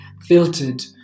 filtered